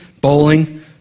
bowling